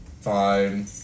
Fine